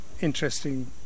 Interesting